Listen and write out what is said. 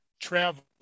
travel